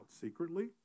secretly